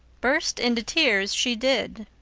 burst into tears she did.